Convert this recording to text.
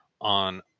on